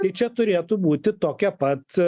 tai čia turėtų būti tokia pat